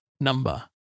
number